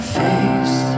face